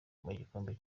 gikombe